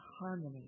harmony